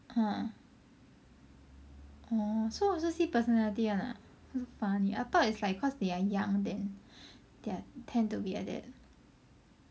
!huh! orh so also see personality one ah so funny I thought it's like cause they are young then they are tend to be like that